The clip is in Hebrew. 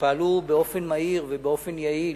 שפעלו באופן מהיר ויעיל,